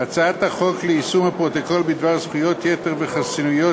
הצעת החוק ליישום הפרוטוקול בדבר זכויות יתר וחסינויות